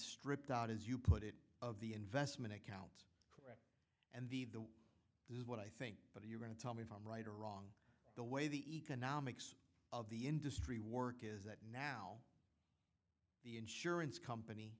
stripped out as you put it of the investment accounts and the the this is what i think but if you're going to tell me if i'm right or wrong the way the economics of the industry work is that now the insurance company